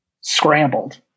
scrambled